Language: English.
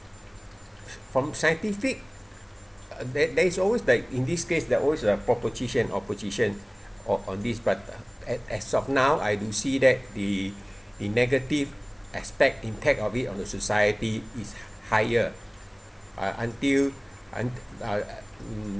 from scientific there there is always like in this case there always a proposition opposition on on this par~ as as of now I do see that the the negative aspect impact of it on the society is higher uh until un~ uh mm